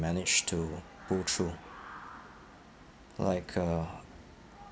managed to go through like uh